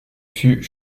fut